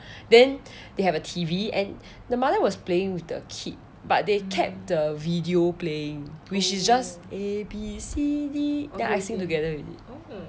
then they have a T_V and the mother was playing with the kid but they kept the video playing which is just A_B_C_D then I sing together already